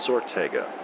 Ortega